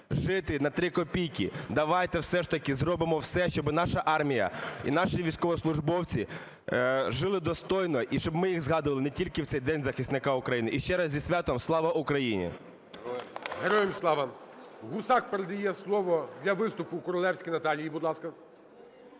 жити на 3 копійки. Давайте все ж таки зробимо все, щоб наша армія і наші військовослужбовці жили достойно. І щоб ми їх згадували не тільки в цей День захисника України. І ще раз зі святом! Слава Україні! ГОЛОВУЮЧИЙ. Героям слава! Гусак передає слово для виступу Королевській Наталії. Будь ласка.